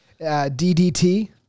DDT